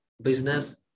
business